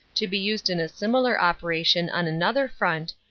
to be used in a similar operation on another front,